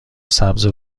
سبز